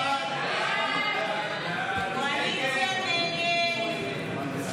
הסתייגות 54 לא נתקבלה.